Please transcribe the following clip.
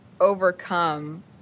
overcome